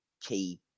key